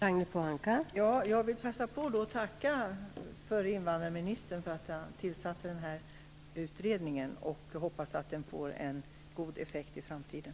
Fru talman! Jag vill passa på att tacka förre invandrarministern för att han tillsatte denna utredning. Jag hoppas att den får en god effekt i framtiden.